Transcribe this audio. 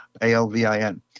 Alvin